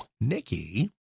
Nikki